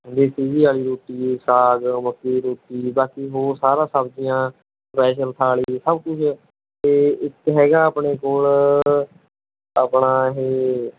ਦੇਸੀ ਘੀ ਆਲੀ ਰੋਟੀ ਸਾਗ ਮੱਕੀ ਦੀ ਰੋਟੀ ਬਾਕੀ ਹੋਰ ਸਾਰਾ ਸਬਜ਼ੀਆਂ ਸਪੈਸ਼ਲ ਥਾਲੀ ਸਭ ਕੁੱਝ ਅਤੇ ਇੱਕ ਹੈਗਾ ਆਪਣੇ ਕੋਲ ਆਪਣਾ ਇਹ